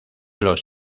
los